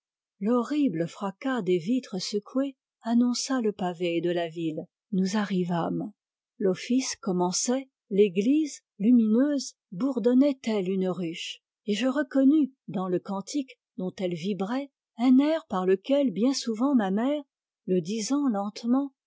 l'horrible fracas des vitres secouées annonça le pavé de la ville nous arrivâmes l'office commençait l'église lumineuse bourdonnait telle une ruche et je reconnus dans le cantique dont elle vibrait un air par lequel bien souvent ma mère le disant lentement